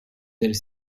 del